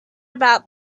about